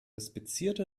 inspizierte